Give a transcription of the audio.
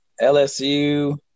LSU